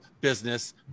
business